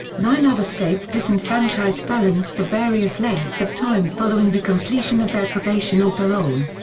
nine other states disenfranchise felons for various lengths of time following the completion of their probation or parole.